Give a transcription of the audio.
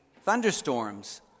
thunderstorms